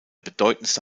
bedeutendste